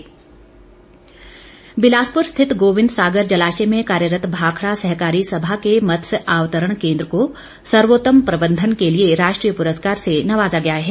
वीरेंद्र कंवर बिलासपुर स्थित गोविन्द सागर जलाश्य में कार्यरत भाखड़ा सहकारी सभा के मत्स्य आवतरण केन्द्र को सर्वोत्तम प्रबंधन के लिए राष्ट्रीय प्रस्कार से नवाजा गया है